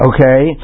Okay